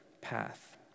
path